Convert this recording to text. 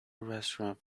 restaurant